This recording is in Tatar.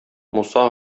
муса